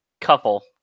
couple